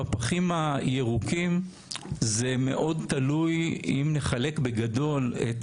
בפחים הירוקים זה מאוד תלוי אם נחלק בגדול את